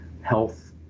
health